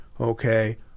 okay